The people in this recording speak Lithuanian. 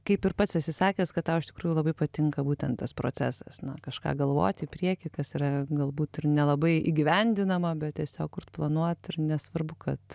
kaip ir pats esi sakęs kad tau iš tikrųjų labai patinka būtent tas procesas na kažką galvoti į priekį kas yra galbūt ir nelabai įgyvendinama bet tiesiog kurt planuot ir nesvarbu kad